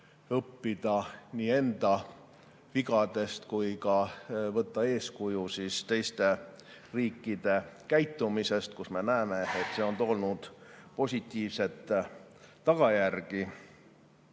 õppida nii enda vigadest kui ka võtta eeskuju teiste riikide käitumisest, kui me näeme, et see on toonud positiivseid tagajärgi.